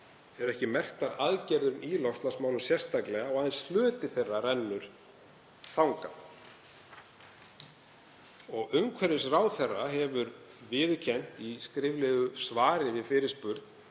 eru ekki merktar aðgerðum í loftslagsmálum sérstaklega og aðeins hluti þeirra rennur þangað. Umhverfisráðherra hefur viðurkennt, í skriflegu svari við fyrirspurn